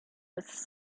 was